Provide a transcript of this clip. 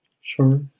Sure